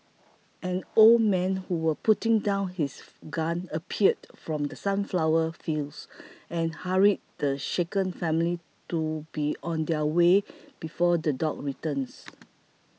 an old man who was putting down his gun appeared from the sunflower fields and hurried the shaken family to be on their way before the dogs return